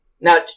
Now